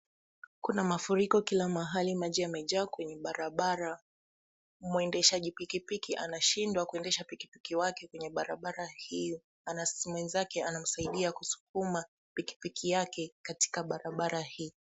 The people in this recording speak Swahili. Kuna mafuriko kila mahali maji yamejaa kwenye barabara. Mwendeshaji pikipiki anashindwa kuendesha pikipiki wake kwenye barabara hiyo na mwenzake anamsaidia kusukuma pikipiki yake katika barabara hii.